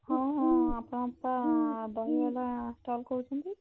ହଁ ହଁ ଆପଣ ପା ଦହିବରା ଷ୍ଟଲ୍ କହୁଛନ୍ତି